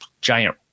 giant